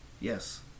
Yes